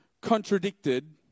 contradicted